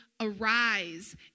arise